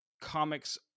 comics